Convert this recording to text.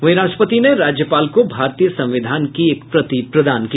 वहीं राष्ट्रपति ने राज्यपाल को भारतीय संविधान की एक प्रति प्रदान की